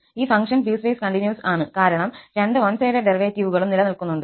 ഈ function piecewise continuous ആണ് കാരണം രണ്ട് വൺ സൈഡഡ് ഡെറിവേറ്റീവുകളും നിലനിൽക്കുന്നുണ്ട്